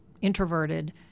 introverted